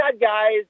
guys